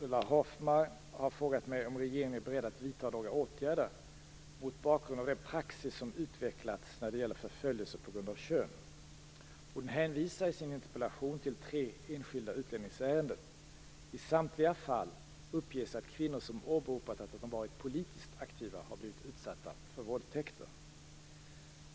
Ulla Hoffmann har frågat mig om regeringen är beredd att vidta några åtgärder mot bakgrund av den praxis som utvecklats när det gäller förföljelse på grund av kön. Hon hänvisar i sin interpellation till tre enskilda utlänningsärenden. I samtliga fall uppges att kvinnor som åberopat att de varit politiskt aktiva har blivit utsatta för våldtäkter.